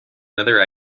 another